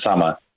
summer